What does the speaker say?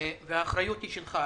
האחריות היא שלך.